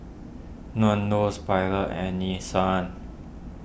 Nandos Pilot and Nissan